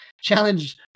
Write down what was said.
challenge